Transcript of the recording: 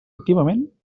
activament